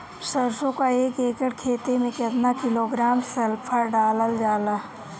सरसों क एक एकड़ खेते में केतना किलोग्राम सल्फर डालल जाला?